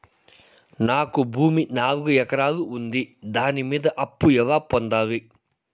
నాకు భూమి నాలుగు ఎకరాలు ఉంది దాని మీద అప్పు ఎలా పొందాలి?